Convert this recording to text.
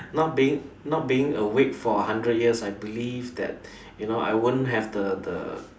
not being not being awake for a hundred years I believe that you know I won't have the the